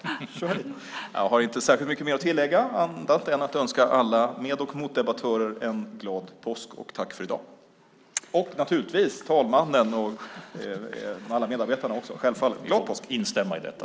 Fru talman! Jag har inte särskilt mycket mer att tillägga annat än att önska alla med och motdebattörer, talmannen och alla medarbetare en glad påsk och tack för i dag. : Jag instämmer i detta!)